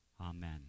Amen